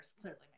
clearly